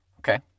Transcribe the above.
Okay